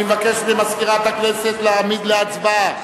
אני מבקש ממזכירת הכנסת להעמיד להצבעה